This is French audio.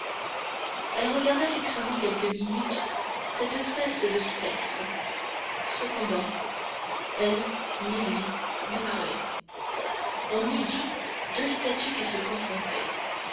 elle regarda fixement quelques minutes cette espèce de spectre cependant elle ni lui ne parlaient on eût dit deux statues qui se confrontaient